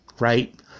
right